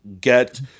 get